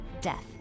death